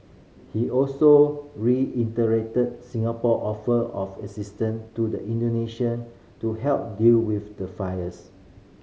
he also Singapore offer of assistance to the Indonesian to help deal with the fires